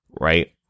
right